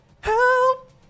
help